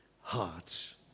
hearts